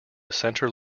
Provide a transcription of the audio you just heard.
centre